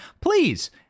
please